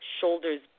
shoulders